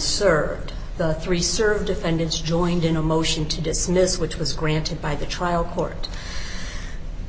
served the three served defendants joined in a motion to dismiss which was granted by the trial court